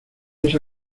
esa